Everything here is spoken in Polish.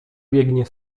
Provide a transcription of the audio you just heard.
biegnie